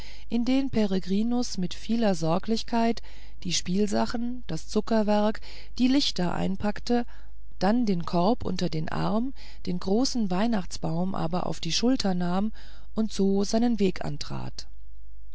in den peregrinus mit vieler sorglichkeit die spielsachen das zuckerwerk die lichter einpackte dann den korb unter den arm den großen weihnachtsbaum aber auf die schulter nahm und so seinen weg antrat